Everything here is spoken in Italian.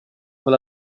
con